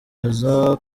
haza